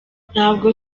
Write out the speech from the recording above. ntabwo